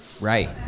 Right